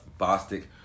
Bostic